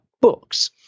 books